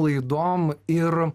laidom ir